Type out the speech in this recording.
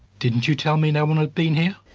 didn't you tell me no one had been here?